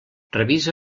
revisa